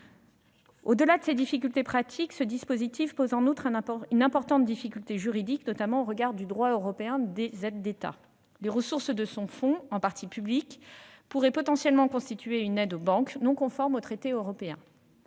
Au-delà de ces difficultés pratiques, ce dispositif pose en outre une importante difficulté juridique, notamment au regard du droit européen en matière d'aides d'État. Les ressources de ce fonds, en partie publiques, pourraient constituer une aide aux banques non conforme aux traités européens.